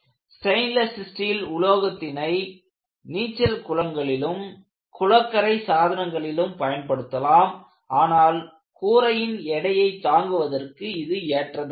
stainless steel உலோகத்திணை நீச்சல் குளங்களிலும் குளக்கரை சாதனங்களிலும் பயன்படுத்தலாம் ஆனால் கூரையின் எடையை தாங்குவதற்கு இது ஏற்றதல்ல